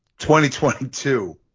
2022